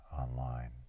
Online